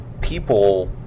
people